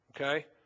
okay